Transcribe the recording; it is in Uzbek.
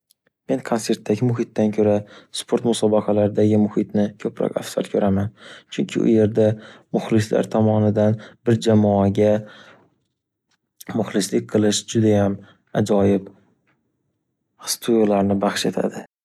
Men konsertdagi muhitdan ko’ra sport musobaqalaridagi muhitni ko’proq afzal ko’raman, chunki u yerda muxlislar tomonidan bir jamoaga muxlislik qilish judayam ajoyib his tuyg’ularni baxsh etadi.